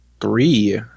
Three